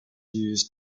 used